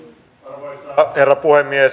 arvoisa herra puhemies